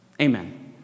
Amen